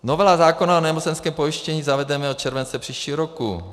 Novelu zákona o nemocenském pojištění zavedeme od července příštího roku.